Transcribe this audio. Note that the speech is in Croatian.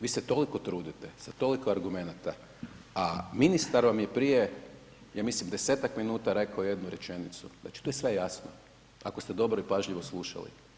Vi se toliko trudite sa toliko argumenata a ministar vam je prije ja mislim 10-ak minuta rekao jednu rečenicu, znači tu je sve jasno, ako ste dobro i pažljivo slušali.